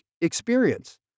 experience